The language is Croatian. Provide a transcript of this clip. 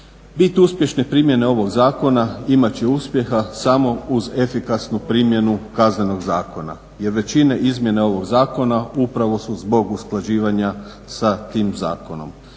Bit uspješne primjene ovog zakona imat će uspjeha samo uz efikasnu primjenu Kaznenog zakona jel većine izmjene ovog zakona upravo su zbog usklađivanja sa tim zakonom.